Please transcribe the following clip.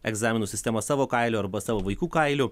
egzaminų sistema savo kailiu arba savo vaikų kailiu